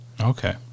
Okay